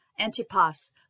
Antipas